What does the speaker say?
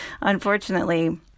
unfortunately